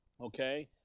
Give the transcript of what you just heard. okay